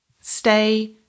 stay